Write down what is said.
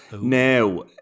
Now